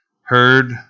heard